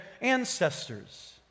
ancestors